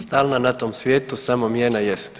Stalna na tom svijetu samo mijena jest.